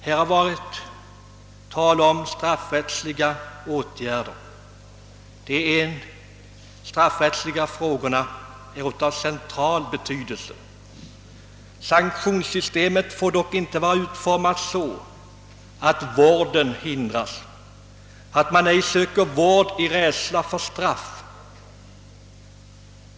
Här har talats om straffrättsliga åtgärder, och de straffrättsliga frågorna är av central betydelse. Sanktionssystemet får dock inte vara utformat så att vården hindras, så att människor avstår från att söka vård av rädsla för straff.